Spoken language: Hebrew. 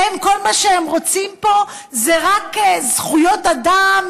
כל מה שהם רוצים פה זה רק זכויות אדם,